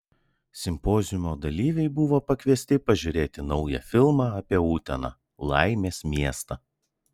simpoziumo dalyviai buvo pakviesti pažiūrėti naują filmą apie uteną laimės miestą